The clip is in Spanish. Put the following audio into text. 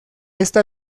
esta